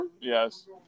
Yes